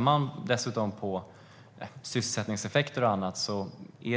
Om man dessutom tittar på sysselsättningseffekter och annat ser